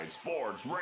Sports